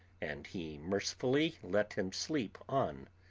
and he mercifully let him sleep on.